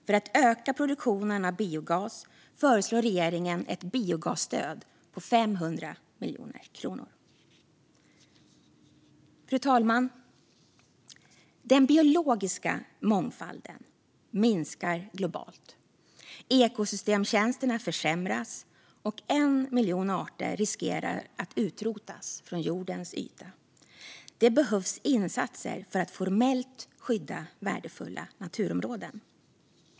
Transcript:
För att öka produktionen av biogas föreslår regeringen ett biogasstöd på 500 miljoner kronor. Fru talman! Den biologiska mångfalden minskar globalt, ekosystemtjänsterna försämras och 1 miljon arter riskerar att utrotas från jordens yta. Det behövs insatser för att formellt skydda värdefulla naturområden.